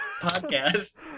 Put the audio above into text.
podcast